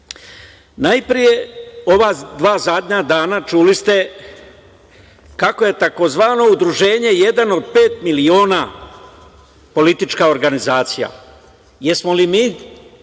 redom. Najpre, ova dva zadnja dana, čuli ste, kako je takozvano udruženje „Jedan od pet miliona“ politička organizacija. Da li smo